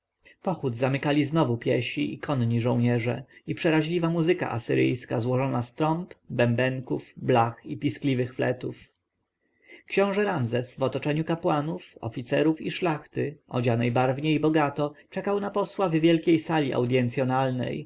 pochód zamykali znowu piesi i konni żołnierze i przeraźliwa muzyka asyryjska złożona z trąb bębnów blach i piskliwych fletów książę ramzes w otoczeniu kapłanów oficerów i szlachty odzianej barwnie i bogato czekał na posła w wielkiej sali audjencjonalnej